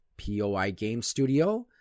POIGamestudio